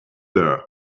there